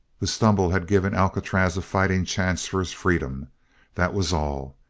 the stumble had given alcatraz a fighting chance for his freedom that was all.